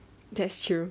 that's true